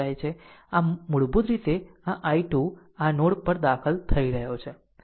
આમ મૂળભૂત રીતે આ I2 આ નોડ પર દાખલ થઈ રહ્યો છે